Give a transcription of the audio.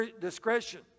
discretion